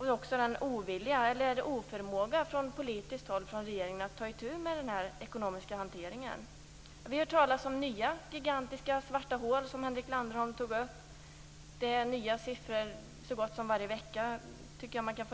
Är det ovilja eller oförmåga från regeringen att ta itu med den ekonomiska hanteringen? Vi har hört talas om nya, gigantiska svarta hål - som Henrik Landerholm tog upp - och nya siffror så gott som varje vecka.